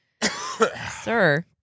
Sir